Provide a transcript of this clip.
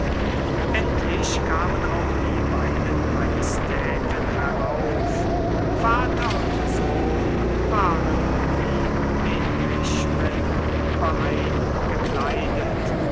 endlich kamen auch die beiden majestäten herauf vater und sohn waren wie menächmen überein gekleidet